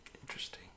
Interesting